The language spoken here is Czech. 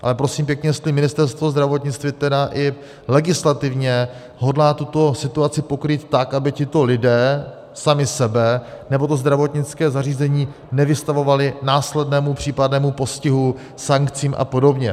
Ale prosím pěkně, jestli Ministerstvo zdravotnictví tedy i legislativně hodlá tuto situaci pokrýt tak, aby tito lidé sami sebe nebo to zdravotnické zařízení nevystavovali následnému případnému postihu, sankcím a podobně.